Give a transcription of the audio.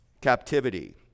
captivity